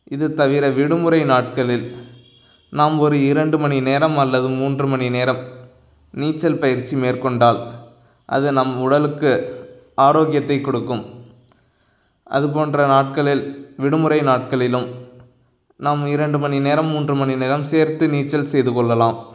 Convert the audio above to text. இது தவிர விடுமுறை நாட்களில் நாம் ஒரு இரண்டு மணி நேரம் அல்லது மூன்று மணிநேரம் நீச்சல் பயிற்சி மேற்கொண்டால் அது நம் உடலுக்கு ஆரோக்கியத்தைக் கொடுக்கும் அதுபோன்ற நாட்களில் விடுமுறை நாட்களிலும் நாம் இரண்டு மணி நேரம் மூன்று மணி நேரம் சேர்த்து நீச்சல் செய்து கொள்ளலாம்